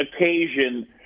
occasion